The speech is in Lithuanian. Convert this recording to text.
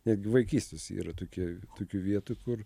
negi vaikystės yra tokie tokių vietų kur